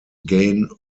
gain